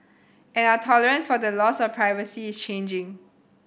and our tolerance for the loss of privacy is changing